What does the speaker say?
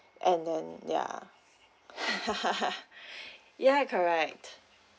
and then ya ya correct